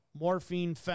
morphine